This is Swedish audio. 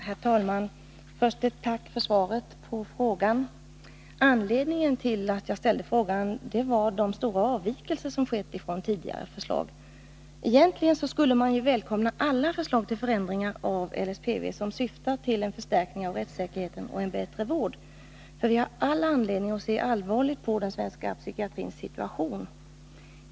Herr talman! Först ett tack för svaret på frågan. Anledningen till att jag ställde frågan var de stora avvikelser som skett från tidigare förslag. Egentligen skulle man ju välkomna alla förslag till förändringar av LSPV som syftar till en förstärkning av rättssäkerheten och en bättre vård, för vi har all anledning att se allvarligt på den svenska psykiatrins situation.